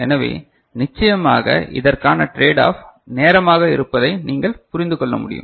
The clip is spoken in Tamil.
எனவே நிச்சயமாக இதற்கான ட்ரேட் ஆப் நேரமாக இருப்பதை நீங்கள் புரிந்து கொள்ள முடியும்